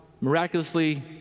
miraculously